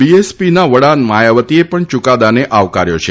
બીએસપીના વડા માયાવતીએ પણ યૂકાદાને આવકાર્યો છે